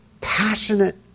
passionate